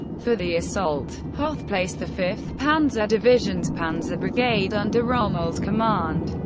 for the assault, hoth placed the fifth panzer division's panzer brigade under rommel's command.